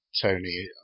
Tony